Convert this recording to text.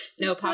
No